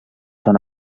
són